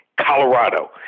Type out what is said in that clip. Colorado